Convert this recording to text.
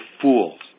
fools